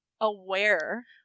aware